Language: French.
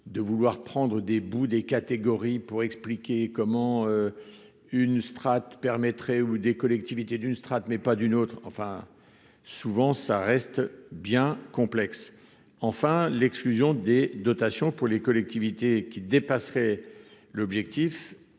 de vouloir prendre des bouts des catégories pour expliquer comment une strate permettrait ou des collectivités d'une strate mais pas d'une autre, enfin souvent ça reste bien complexe, enfin l'exclusion des dotations pour les collectivités qui dépasserait l'objectif